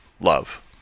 love